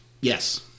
Yes